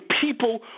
people